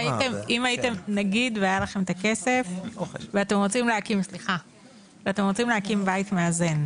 נגיד והיה לכם את הכסף ואתם רוצים להקים בית מאזן,